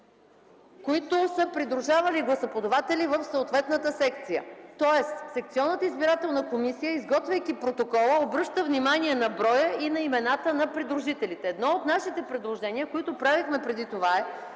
които са придружавали гласоподавателя в съответната секция, тоест секционната избирателна комисия, изготвяйки протокола, обръща внимание на броя и на имената на придружителите. Едно от нашите предложения, които направихме преди това, е